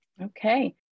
Okay